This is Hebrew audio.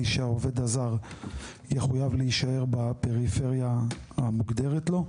שהעובד הזר יחויב להישאר בפריפריה המוגדרת לו,